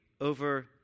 over